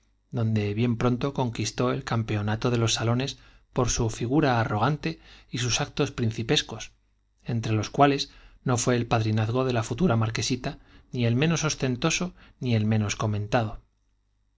donde bien pronto con quistó el campeonato de los salones por su figura arro sus actos principescos entre los cuales no gante y fué el de la futura marquesita ni el menos padrinazgo ostentoso ni el menos comentado